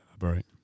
Right